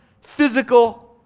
physical